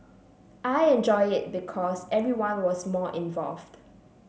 I enjoyed it because everyone was more involved